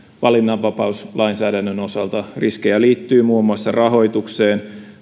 valinnanvapauslainsäädännön osalta riskejä liittyy muun muassa rahoitukseen